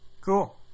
Cool